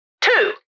Two-